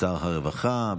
שר הרווחה,